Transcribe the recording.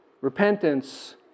repentance